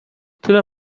tyle